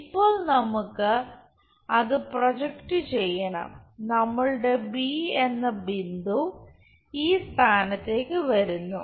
ഇപ്പോൾ നമുക്ക് അത് പ്രൊജക്റ്റ് ചെയ്യണം നമ്മളുടെ ബി എന്ന ബിന്ദു ഈ സ്ഥാനത്തേക്ക് വരുന്നു